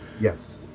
Yes